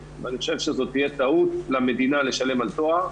ואני חושב שזו תהיה טעות למדינה לשלם על תואר.